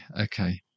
okay